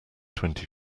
twenty